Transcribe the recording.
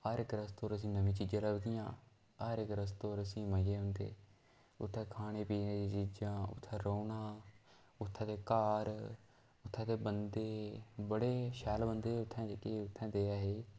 हर इक रस्ते उप्पर असें गी नमीं चीज़ां लभदियां हर इक रस्ते उप्पर उसी मज़े औंदे उत्थै खाने पीने गी चीज़ां उत्थै रौह्ना उत्थें दे घर उत्थें दे बन्दे बड़े शैल गै बन्दे उत्थें उत्थें दे ऐ हे